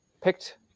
picked